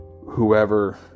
whoever